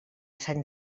sant